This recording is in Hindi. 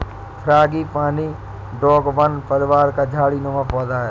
फ्रांगीपानी डोंगवन परिवार का झाड़ी नुमा पौधा है